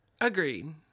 Agreed